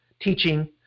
teaching